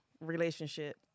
relationship